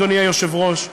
אדוני היושב-ראש,